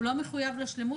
הוא לא מחויב לשלמות,